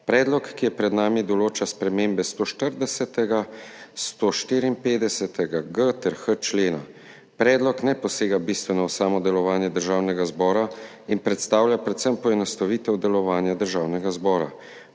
Predlog, ki je pred nami, določa spremembe 140., 154.g ter 154.h člena. Predlog ne posega bistveno v samo delovanje Državnega zbora in predstavlja predvsem poenostavitev delovanja Državnega zbora.